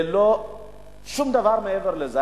ללא שום דבר מעבר לזה.